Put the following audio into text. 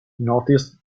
noticed